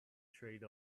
trade